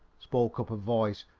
spoke up a voice,